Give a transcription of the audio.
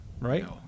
Right